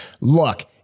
look